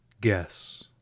Guess